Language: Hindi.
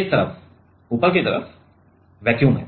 इस तरफ ऊपर की तरफ वैक्यूम है